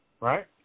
right